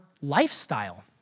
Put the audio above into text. lifestyle